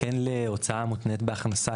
כן להוצאה מותנת בהכנסה,